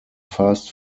fast